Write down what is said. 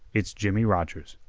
its jimmie rogers.